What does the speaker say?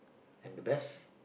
and the best